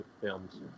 films